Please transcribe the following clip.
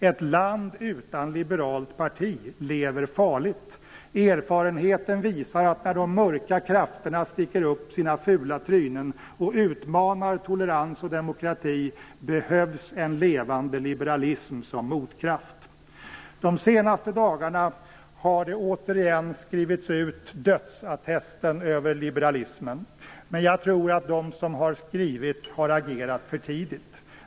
Ett land utan liberalt parti lever farligt. Erfarenheten visar att när de mörka krafterna sticker upp sina fula trynen och utmanar tolerans och demokrati behövs en levande liberalism som motkraft. De senaste dagarna har dödsattesten över liberalismen återigen skrivits ut. Men jag tror att de som har skrivit har agerat för tidigt.